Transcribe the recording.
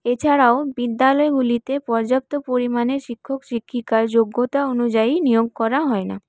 এছাড়াও বিদ্যালয়গুলিতে পর্যাপ্ত পরিমাণে শিক্ষক শিক্ষিকার যোগ্যতা অনুযায়ী নিয়োগ করা হয়না